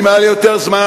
אם היה לי יותר זמן,